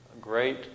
great